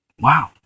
Wow